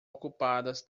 ocupadas